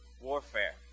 warfare